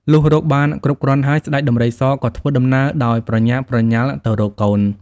លុះរកបាន គ្រប់គ្រាន់ហើយ ស្តេចដំរីសក៏ធ្វើដំណើរដោយប្រញាប់ប្រញាល់ទៅរកកូន ។